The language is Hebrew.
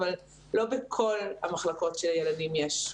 אבל לא בכל מחלקות הילדים יש,